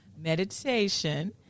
meditation